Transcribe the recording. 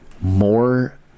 more